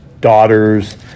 daughters